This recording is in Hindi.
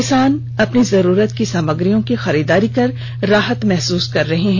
किसान अपनी जरूरत की सामग्रियों की खरीदारी कर राहत महसूस कर रहे हैं